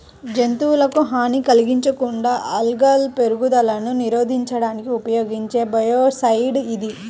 జంతువులకు హాని కలిగించకుండా ఆల్గల్ పెరుగుదలను నిరోధించడానికి ఉపయోగించే బయోసైడ్ ఇది